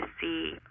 see